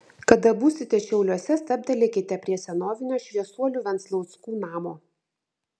kada būsite šiauliuose stabtelėkite prie senovinio šviesuolių venclauskų namo